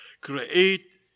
create